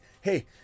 hey